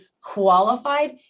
qualified